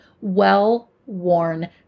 Well-worn